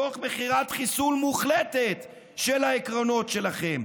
תוך מכירת חיסול מוחלטת של העקרונות שלכם,